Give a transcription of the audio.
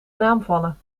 naamvallen